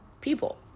people